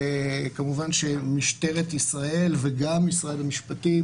כמובן שמשטרת ישראל וגם משרד המשפטים